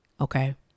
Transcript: Okay